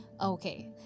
okay